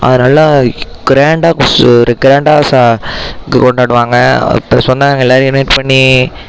அது நல்லா கிராண்டாக கிராண்டாக கொண்டாடுவாங்க சொந்தங்கள் எல்லோரையும் இன்வைட் பண்ணி